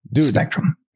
Spectrum